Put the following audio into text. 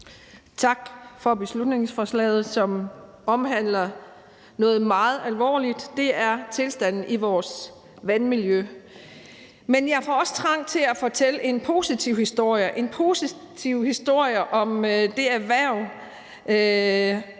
Tak for beslutningsforslaget, som omhandler noget meget alvorligt. Det er tilstanden i vores vandmiljø, men jeg får også trang til at fortælle en positiv historie. Det er en